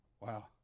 Wow